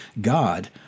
God